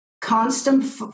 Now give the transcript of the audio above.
constant